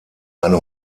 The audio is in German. eine